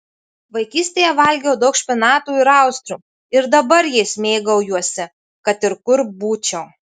vaikystėje valgiau daug špinatų ir austrių ir dabar jais mėgaujuosi kad ir kur būčiau